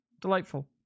Delightful